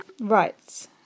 Right